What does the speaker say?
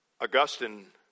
augustine